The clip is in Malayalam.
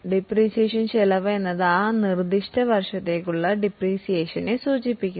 ഡിപ്രീസിയേഷൻ എക്സ്പെൻസ് എന്നത് ആ നിർദ്ദിഷ്ട വർഷത്തേക്കുള്ള ഡിപ്രീസിയേഷനെ സൂചിപ്പിക്കുന്നു